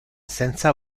senza